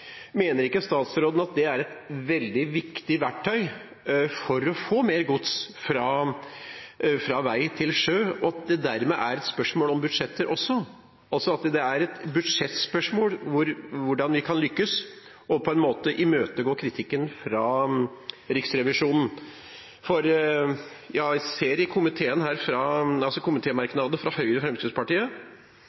Mener ikke statsråden at det er et veldig viktig verktøy for å få mer gods fra vei til sjø, og at det dermed er et spørsmål om budsjetter også – altså at det er et budsjettspørsmål hvordan vi kan lykkes, og da kan imøtegå kritikken fra Riksrevisjonen? Jeg ser at Høyre og Fremskrittspartiet i